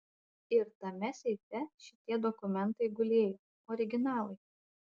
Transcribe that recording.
ir tame seife šitie dokumentai gulėjo originalai